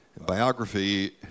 Biography